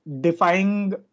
defying